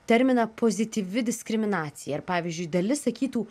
terminą pozityvi diskriminacija ir pavyzdžiui dalis sakytų